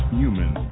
human